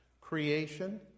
creation